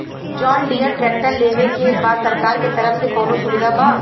John Deere tractor लेवे के बा सरकार के तरफ से कौनो सुविधा बा?